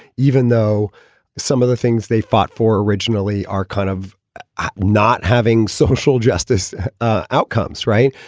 even though some of the things they fought for originally are kind of not having social justice ah outcomes. right.